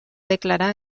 declarar